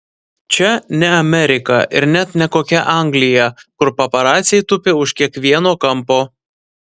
čia ne amerika ir net ne kokia anglija kur paparaciai tupi už kiekvieno kampo